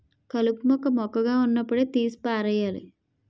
కలుపు మొక్క మొక్కగా వున్నప్పుడే తీసి పారెయ్యాలి